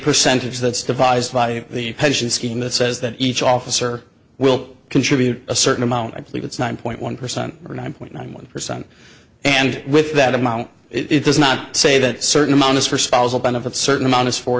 percentage that's devised by the pension scheme that says that each officer will contribute a certain amount i believe it's nine point one percent or nine point nine one percent and with that amount it does not say that certain amount is for spousal benefits certain amount is for